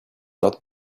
not